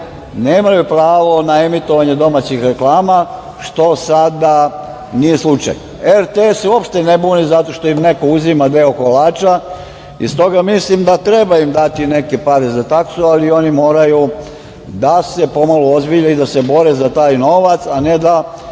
nemaju pravo na emitovanje domaćih reklama, što sada nije slučaj. RTS se uopšte ne buni zato što im neko uzima deo kolača i stoga mislim da im treba dati neke pare za taksu, ali oni moraju da se ponovo uozbilje i da se bore za taj novac, a ne da